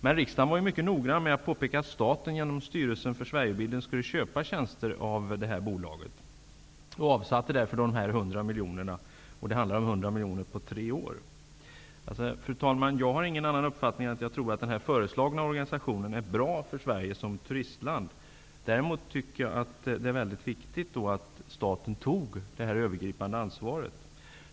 Men riksdagen var mycket noga med att påpeka att staten genom styrelsen för Sverigebilden skulle köpa tjänster av detta bolag och avsatte därför 100 miljoner kronor på tre år. Fru talman! Jag har ingen annan uppfattning än att den föreslagna organisationen är bra för Sverige som turistland. Däremot är det viktigt att staten tar det övergripande ansvaret.